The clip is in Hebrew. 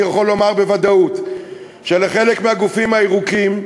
אני יכול לומר בוודאות שלחלק מהגופים הירוקים,